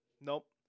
Nope